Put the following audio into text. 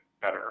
better